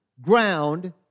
ground